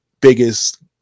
biggest